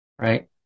right